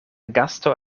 gasto